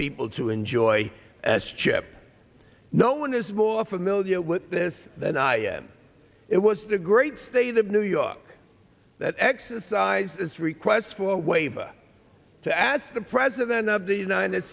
people to enjoy as chip no one is more familiar with this than i am it was the great state of new york that exercise its request for a waiver to ask the president of the united